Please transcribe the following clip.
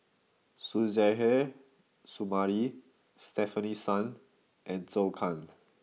Suzairhe Sumari Stefanie Sun and Zhou Can